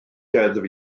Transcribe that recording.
deddf